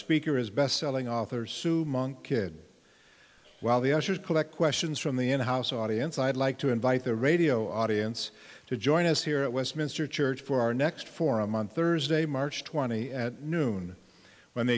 speaker is bestselling author sue monk kid while the ushers collect questions from the in house audience i'd like to invite the radio audience to join us here at westminster church for our next forum on thursday march twenty at noon when the